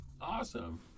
Awesome